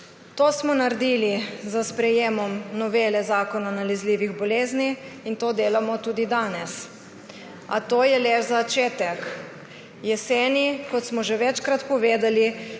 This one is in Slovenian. To smo naredili s sprejetjem novele zakona o nalezljivih boleznih, in to delamo tudi danes. A to je le začetek. Jeseni, kot smo že večkrat povedali,